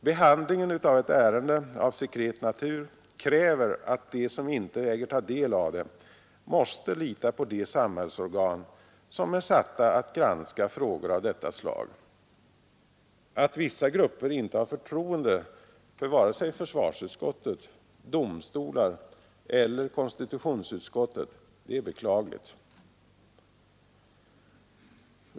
Behandlingen av ett ärende av sekret natur kräver att de som inte äger ta del av det måste lita på de samhällsorgan som är satta att granska frågor av detta slag. Att vissa grupper inte har förtroende för vare sig försvarsutskottet, domstolar eller konstitutionsutskottet är beklagligt.